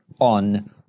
on